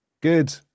good